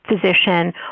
physician